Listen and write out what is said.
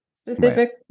specific